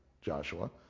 Joshua